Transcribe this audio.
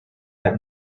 have